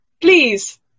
please